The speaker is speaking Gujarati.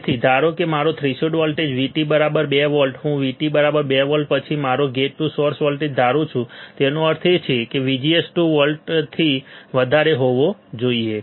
તેથી ધારો કે મારો થ્રેશોલ્ડ વોલ્ટેજ VT 2 વોલ્ટ હું VT 2 વોલ્ટ પછી મારો ગેટ ટુ સોર્સ વોલ્ટેજ ધારું છું તેનો અર્થ એ કે VGS 2 વોલ્ટથી વધારે હોવો જોઈએ